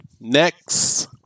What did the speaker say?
Next